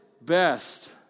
best